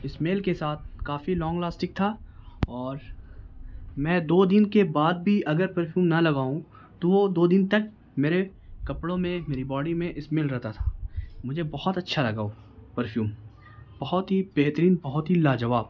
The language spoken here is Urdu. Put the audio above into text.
اسمیل کے ساتھ کافی لانگ لاسٹگ تھا اور میں دو دن کے بعد بھی اگر پرفیوم نہ لگاؤں تو وہ دو دن تک میرے کپڑوں میں میری باڈی میں اسمیل رہتا تھا مجھے بہت اچھا لگا وہ پرفیوم بہت ہی بہترین بہت ہی لاجواب